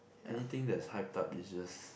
anything that's hyped up is just